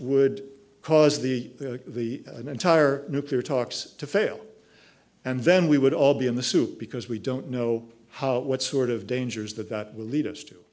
would cause the the entire nuclear talks to fail and then we would all be in the soup because we don't know how what sort of dangers that that will lead us to